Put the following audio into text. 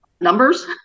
Numbers